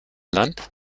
land